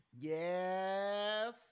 Yes